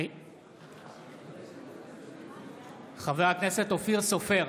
אינו משתתף בהצבעה אורית מלכה סטרוק,